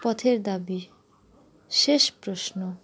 পথের দাবি শেষ প্রশ্ন